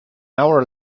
hour